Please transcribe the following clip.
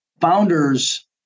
Founders